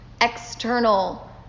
external